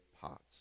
pots